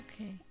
Okay